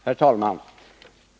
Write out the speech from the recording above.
Herr talman!